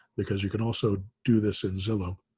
because you can also do this in zillow,